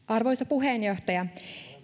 arvoisa puheenjohtaja